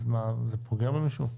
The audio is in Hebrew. זה פוגע במישהו?